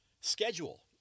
schedule